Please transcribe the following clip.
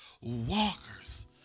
walkers